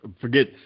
forget